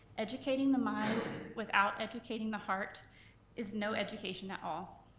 educating the mind without educating the heart is no education at all.